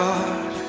God